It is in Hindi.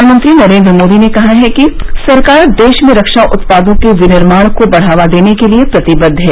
प्रधानमंत्री नरेन्द्र मोदी ने कहा है कि सरकार देश में रक्षा उत्पादों के विनिर्माण को बढ़ावा देने के लिए प्रतिबद्ध है